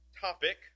topic